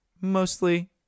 mostly